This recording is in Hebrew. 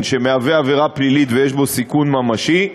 שמהווה עבירה פלילית ויש בו סיכון ממשי.